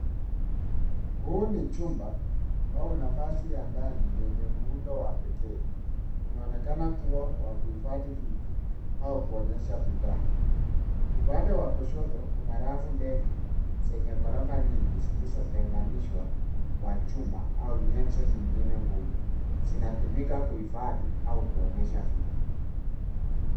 Huu ni chumba au nafasi ya ndani yenye muundo wa pekee, unaonekana kuwa wa kuhifadhi vitu au kuonyesha bidhaa. Upande wa kushoto, kuna rafu ndefu zenye ghorofa nyingi, zilizotenganishwa kwa chuma au nyenzo nyingine ngumu. Zinatumika kuhifadhi au kuonyesha vitu.